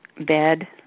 bed